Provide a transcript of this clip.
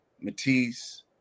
Matisse